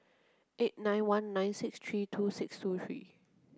eight nine one nine six three two six two three